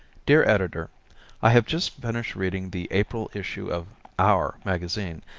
dear editor i have just finished reading the april issue of our magazine.